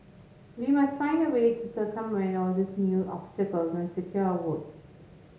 we must find a way to circumvent all these new obstacles and secure our votes